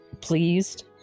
pleased